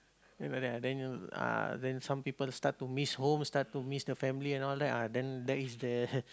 then like that ah then you uh then some people start to miss home start to miss the family and all that uh then that is the